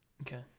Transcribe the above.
Okay